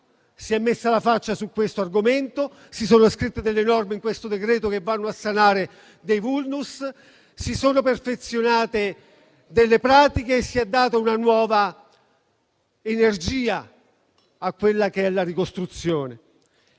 Si è messa la faccia su questo argomento, si sono scritte norme in questo provvedimento che vanno a sanare alcuni *vulnus*, si sono perfezionate pratiche e si è data una nuova energia alla ricostruzione.